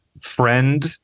Friend